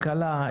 כלכלה,